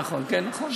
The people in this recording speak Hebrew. נכון, כן, נכון.